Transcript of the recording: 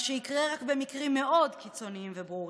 מה שיקרה רק במקרים מאוד קיצוניים וברורים,